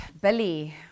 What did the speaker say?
Billy